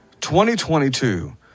2022